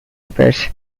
repairs